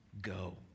go